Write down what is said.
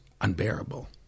unbearable